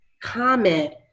comment